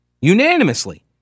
unanimously